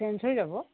change হৈ যাব